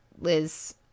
Liz